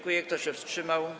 Kto się wstrzymał?